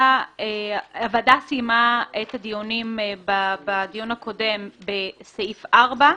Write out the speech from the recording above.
הוועדה סיימה את הדיונים בדיון הקודם בסעיף 4,